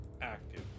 active